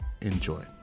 enjoy